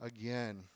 again